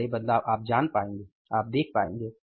ये बड़े बदलाव आप जान पाएंगे आप देख पाएंगे